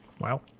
Wow